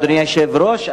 אדוני היושב-ראש,